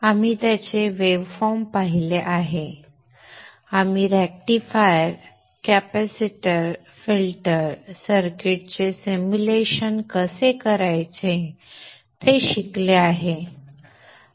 आम्ही त्याचे wave form पाहिले आहेत आम्ही रेक्टिफायर कॅपेसिटर फिल्टर सर्किटचे सिमुलेशन कसे करायचे ते शिकले आहे